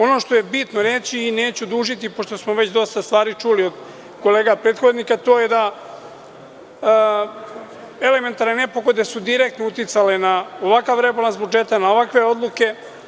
Ono što je bitno reći, neću dužiti pošto smo već dosta stvari čuli od prethodnih kolega, to je da su elementarne nepogode direktno uticale na ovakav rebalans budžeta i na ovakve odluke.